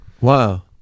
Wow